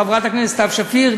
חברת הכנסת סתיו שפיר,